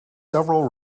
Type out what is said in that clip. several